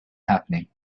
happening